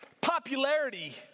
popularity